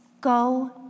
Go